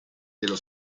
dello